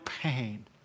pain